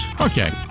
Okay